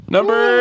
Number